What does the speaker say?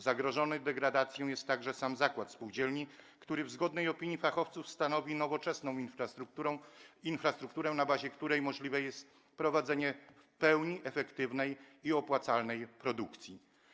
Zagrożony degradacją jest także sam zakład spółdzielni, który w zgodnej opinii fachowców stanowi nowoczesną infrastrukturę, na bazie której możliwe jest prowadzenie w pełni efektywnej i opłacalnej produkcji.